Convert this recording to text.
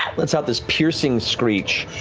let's out this piercing screech.